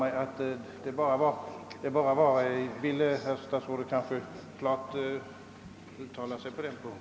Vill statsrådet kanske klart uttala sig på den punkten?